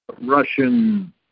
Russian